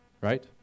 Right